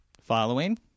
following